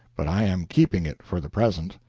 but i am keeping it for the present.